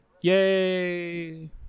Yay